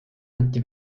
anti